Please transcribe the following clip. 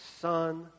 Son